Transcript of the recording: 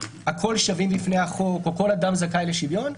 הכול שווים בפני החוק או כל אדם זכאי לשוויון,